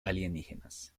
alienígenas